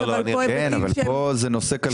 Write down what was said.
כן, אבל כאן זה נושא כלכלי גרידא.